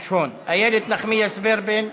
מיש הון, איילת נחמיאס ורבין,